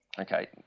okay